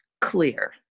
clear